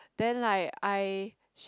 then like I